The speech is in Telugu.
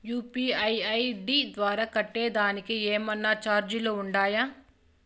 యు.పి.ఐ ఐ.డి ద్వారా కట్టేదానికి ఏమన్నా చార్జీలు ఉండాయా?